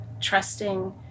Trusting